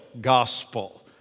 gospel